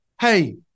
hey